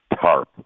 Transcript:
tarp